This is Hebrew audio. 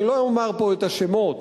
אני לא אומר פה את השמות,